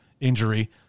injury